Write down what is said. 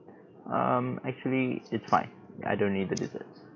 um actually it's fine I don't need the desserts